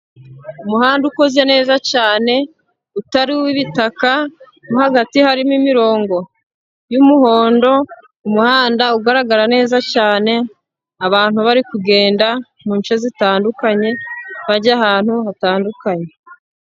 Umuhanda ukoze neza cyane, utari uw'ibitaka, mo hagati harimo imirongo y'umuhondo, umuhanda ugaragara neza cyane, abantu bari kugenda mu nce zitandukanye, bajya ahantu hatandukanye.